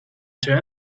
turn